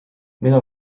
mida